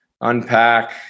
unpack